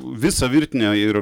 visą virtinę ir